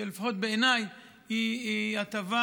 שלפחות בעיניי היא הטבה